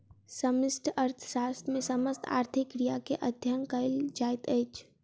समष्टि अर्थशास्त्र मे समस्त आर्थिक क्रिया के अध्ययन कयल जाइत अछि